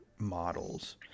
models